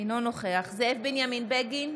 אינו נוכח זאב בנימין בגין,